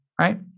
right